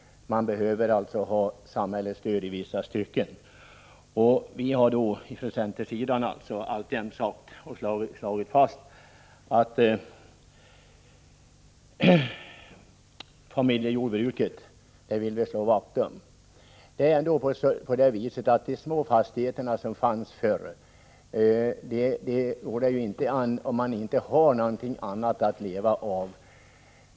Man behöver ha samhällets stöd i vissa stycken. Från centerns sida vill vi slå vakt om familjejordbruket. Så små fastigheter som fanns förr går det inte att klara sig på om man inte har någonting annat att leva av.